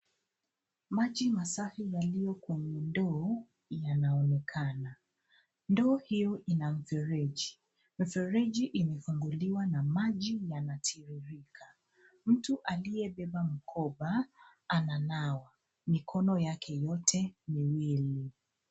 Maji masafi yalio kwenye ndoo yanaonekana. Ndoo hio ina mfereji. Mfereji imefunguliwa na maji yanatiririka. Mtu aliyebeba mkopa ananawa mkono yake yote miwili.